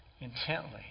intently